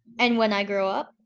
and when i grow up,